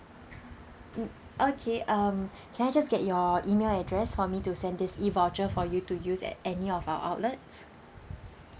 mm okay um can I just get your email address for me to send this E voucher for you to use at any of our outlets